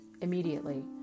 immediately